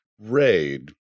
raid